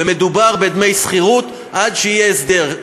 ומדובר בדמי שכירות עד שיהיה הסדר,